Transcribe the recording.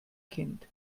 kind